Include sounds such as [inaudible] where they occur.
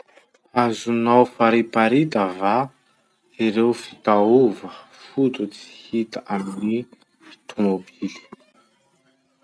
Azonao fariparita va ireo fitaova fototsy hita [noise] amin'ny tobily?